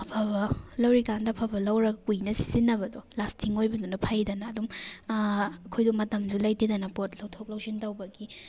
ꯑꯐꯕ ꯂꯧꯔꯤꯀꯥꯟꯗ ꯑꯐꯕ ꯂꯧꯔ ꯀꯨꯏꯅ ꯁꯤꯖꯤꯟꯅꯕꯗꯣ ꯂꯥꯁꯇꯤꯡ ꯑꯣꯏꯕꯗꯨꯅ ꯐꯩꯗꯅ ꯑꯗꯨꯝ ꯑꯩꯈꯣꯏꯗꯣ ꯃꯇꯝꯁꯨ ꯂꯩꯇꯦꯗꯅ ꯄꯣꯠ ꯂꯧꯊꯣꯛ ꯂꯧꯁꯤꯟ ꯇꯧꯕꯒꯤ